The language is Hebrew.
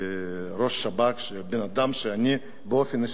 בן-אדם שאני באופן אישי מאוד מכבד אותו,